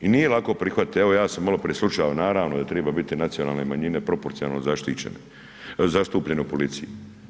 I nije lako prihvatiti, evo ja sam maloprije slušao, naravno da treba biti nacionalne manjine proporcionalno zastupljene u policiji.